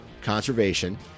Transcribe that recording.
conservation